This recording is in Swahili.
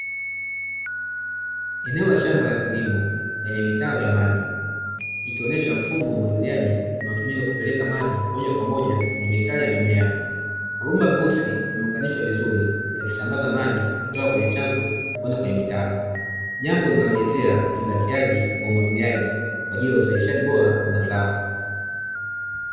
Eneo la shamba la kilimo lenye mitaro ya maji, ikionesha mfumo wa umwagiliaji unaotumika kupeleka maji moja kwa moja kwenye mistari ya mimea, mabomba meusi yameunganishwa vizuri yakisambaza maji kutoka kwenye chanzo kwenda kwenye mitaro, jambo linaloelezea uzingatiaji wa umwagiliaji kwa ajili ya uzalishaji bora wa mazao.